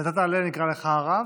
כשאתה תעלה אקרא לך הרב?